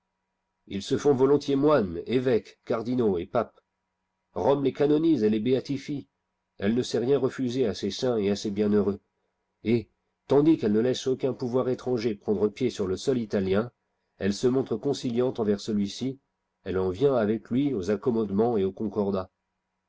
ils se font volontiers moines évêques cardinaux et papes rome les canonise et les béatifie elle ne sait rien refuser à ces saints et à ces bienheureux et tandis qu'elle ne laisse aucun pouvoir étranger prendre pied sur le sol italien elle se montre conciliante envers celui-ci elle en vient avec lui aux accommodements et aux concordats